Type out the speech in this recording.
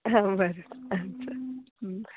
हां बरें आं चल बाय